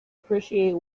appreciate